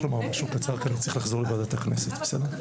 קודם כל אני חושב שטוב עושה הכנסת שהיא